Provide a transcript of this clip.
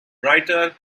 brighter